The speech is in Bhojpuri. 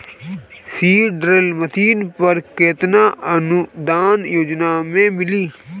सीड ड्रिल मशीन पर केतना अनुदान योजना में मिली?